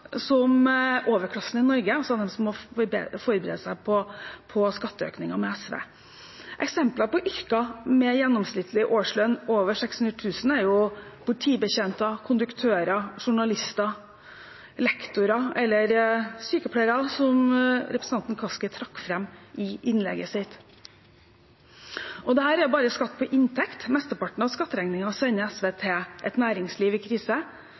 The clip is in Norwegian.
som overklassen i Norge, som måtte forberede seg på skatteøkninger med SV. Eksempler på yrker med en gjennomsnittlig årslønn over 600 000 kr er politibetjenter, konduktører, journalister, lektorer – eller sykepleiere, som representanten Kaski trakk fram i innlegget sitt. Dette er bare skatt på inntekt. Mesteparten av skatteregningen sender SV til et næringsliv i krise,